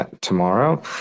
tomorrow